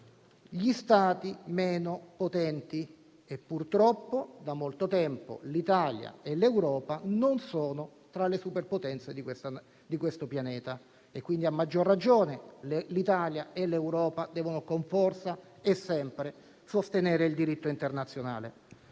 gli Stati meno potenti e, purtroppo, da molto tempo, l'Italia e l'Europa non sono tra le superpotenze di questo pianeta. Quindi, a maggior ragione, l'Italia e l'Europa devono con forza e sempre sostenere il diritto internazionale.